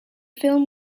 film